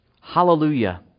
Hallelujah